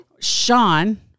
Sean